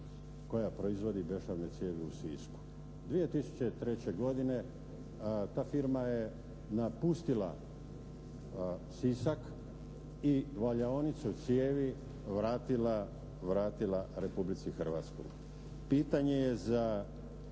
koja proizvodi bešavne cijevi u Sisku. 2003. godine ta firma je napustila Sisak i valjaonicu cijevi vratila Republici Hrvatskoj. Pitanje je za